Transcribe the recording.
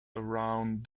around